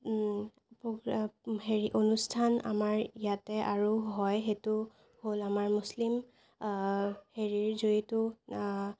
ভোগ হেৰি অনুষ্ঠান আমাৰ ইয়াতে আৰু হয় সেইটো হ'ল আমাৰ মুছলীম হেৰি যিটো